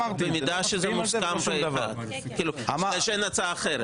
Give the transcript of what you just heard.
במידה וזה מוסכם, כלומר, שאין אין הצעה אחרת.